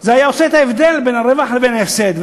זה היה עושה את ההבדל בין הרווח ובין ההפסד.